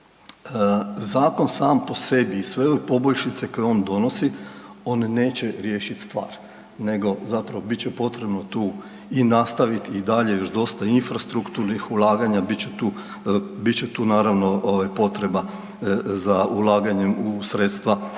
reći, zakon sam po sebi i sve ove poboljšice koje on donosi on neće riješiti stvar nego zapravo bit će potrebno tu i nastaviti i dalje još infrastrukturnih ulaganja, bit će tu naravno ovaj potreba za ulaganjem u sredstva modernih